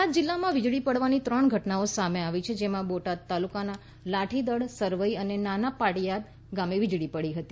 બોટાદ જીલ્લામાં વીજળી પડવાની ત્રણ ઘટનાઓ સામે આવી છે જેમાં બોટાદ તાલુકાના લાઠીદડ સરવઈ અને નાના પાળીયાદ ગામે વીજળી પડી હતી